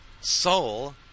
soul